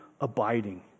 abiding